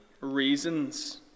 reasons